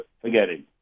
forgetting